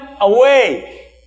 away